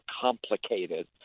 complicated